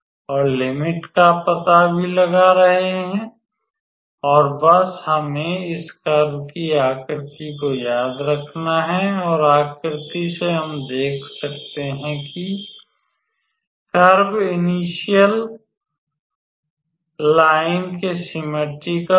और लिमिट का पता भी लगा रहे हैं और बस हमें इस कर्व की आक्र्ती को याद रखना है और आक्र्ती से हम देख सकते हैं कि कर्व इनिश्यल लाइन केसिममेट्रिकलsymmetrical है